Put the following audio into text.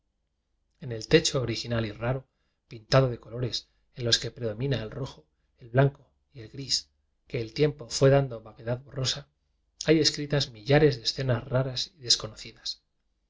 en el techo original y raro pintado de colores en los que predomina el rojo el blanco y el gris que el tiempo fue dando vaguedad borrosa hay escritas millares de escenas raras y desconocidas